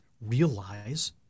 realize